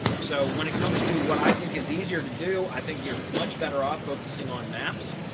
so when it comes to what i think is easier to do, i think you're much better off focusing on maps,